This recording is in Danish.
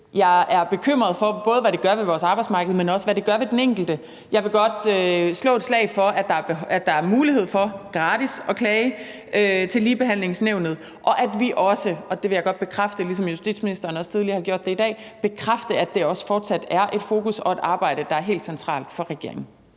Jeg er både bekymret for, hvad det gør ved vores arbejdsmarked, men også hvad det gør ved den enkelte. Jeg vil godt slå et slag for, at der er mulighed for gratis at klage til Ligebehandlingsnævnet, og jeg vil også, ligesom justitsministeren også har gjort det tidligere i dag, bekræfte, at det fortsat er et fokus og et arbejde, der er helt centralt for regeringen.